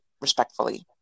respectfully